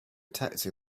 taxi